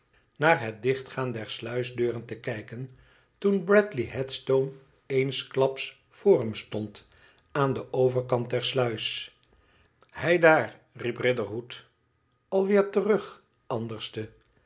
naar het dichtgaan der sluisdeuren te kijken toen bradley headstone eensklaps voor hem stond aan den overkant der sluis heidaar riep riderhood i alweer terug anderste